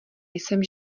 jsem